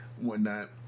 whatnot